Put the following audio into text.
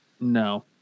No